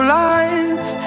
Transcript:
life